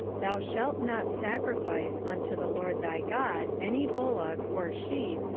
thou shalt not sacrifice unto the lord thy god any bullock, or sheep,